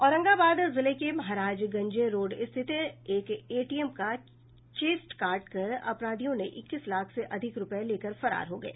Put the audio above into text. औरंगाबाद जिले के महाराजगंज रोड स्थित एक एटीएम का चेस्ट काट कर अपराधियों ने इक्कीस लाख से अधिक रूपये लेकर फरार हो गये